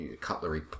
cutlery